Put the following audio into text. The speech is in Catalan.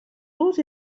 los